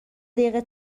دقیقه